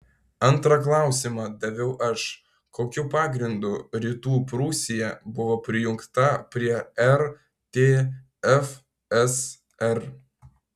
antrą klausimą daviau aš kokiu pagrindu rytų prūsija buvo prijungta prie rtfsr